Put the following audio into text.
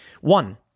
One